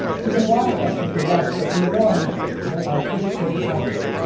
you can watch them if you like, but be warned they are pretty cringetastic.